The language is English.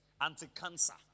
anti-cancer